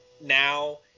now